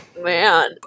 Man